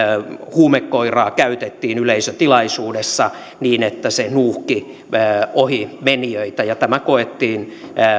huumekoiraa käytettiin yleisötilaisuudessa niin että se nuuhki ohimenijöitä ja tämä koettiin